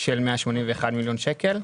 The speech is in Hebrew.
של 181 מיליון שקל.